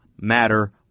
matter